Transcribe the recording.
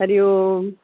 Hari Om